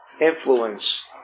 influence